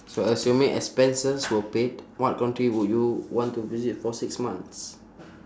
so assuming expenses were paid what country would you want to visit for six months